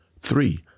Three